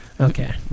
okay